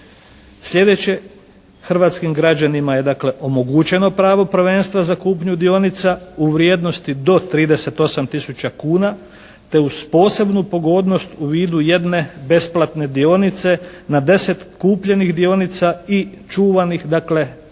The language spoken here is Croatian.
Slijedeće, hrvatskim građanima je dakle omogućeno pravo prvenstva za kupnju dionica u vrijednosti do 38 tisuća kuna te uz posebnu pogodnost u vidu jedne besplatne dionice na deset kupljenih dionica i čuvanih, dakle